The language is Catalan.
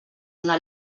una